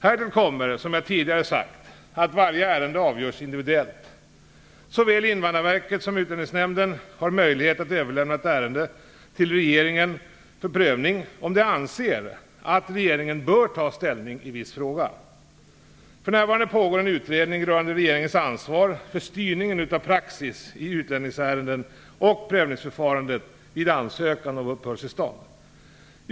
Härtill kommer, som jag tidigare sagt, att varje ärende avgörs individuellt. Såväl Invandrarverket som Utlänningsnämnden har möjlighet att överlämna ett ärende till regeringen för prövning om de anser att regeringen bör ta ställning i en viss fråga. För närvarande pågår en utredning rörande regeringens ansvar för styrningen av praxis i utlänningsärenden och prövningsförfarandet vid ansökan om uppehållstillstånd.